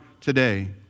today